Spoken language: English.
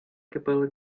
capella